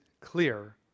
clear